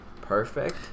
perfect